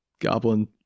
goblin